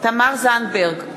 תמר זנדברג,